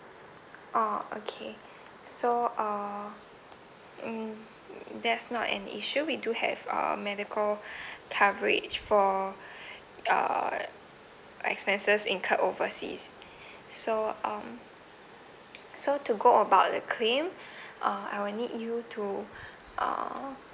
orh okay so uh mm that's not an issue we do have uh medical coverage for uh expenses incurred overseas so um so to go about the claim uh I will need you to uh